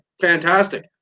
fantastic